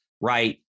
right